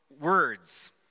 words